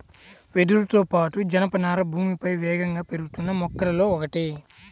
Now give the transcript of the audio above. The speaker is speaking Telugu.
వెదురుతో పాటు, జనపనార భూమిపై వేగంగా పెరుగుతున్న మొక్కలలో ఒకటి